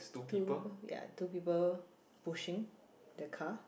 two ya two people pushing the car